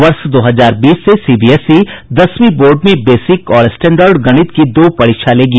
वर्ष दो हजार बीस से सीबीएसई दसवीं बोर्ड में बेसिक और स्टैंर्ड गणित की दो परीक्षा लेगी